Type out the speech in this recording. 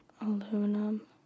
Aluminum